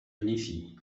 uneasy